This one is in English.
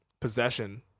possession